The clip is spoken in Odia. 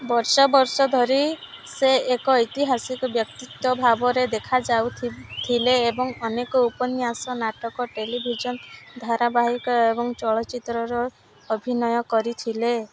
ବର୍ଷ ବର୍ଷ ଧରି ସେ ଏକ ଐତିହାସିକ ବ୍ୟକ୍ତିତ୍ୱ ଭାବରେ ଦେଖାଯାଉଥିଲେ ଏବଂ ଅନେକ ଉପନ୍ୟାସ ନାଟକ ଟେଲିଭିଜନ ଧାରାବାହିକ ଏବଂ ଚଳଚ୍ଚିତ୍ରରେ ଅଭିନୟ କରିଥିଲେ